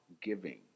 giving